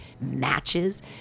matches